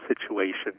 situation